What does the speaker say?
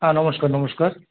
হ্যাঁ নমস্কার নমস্কার